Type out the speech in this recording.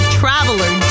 traveler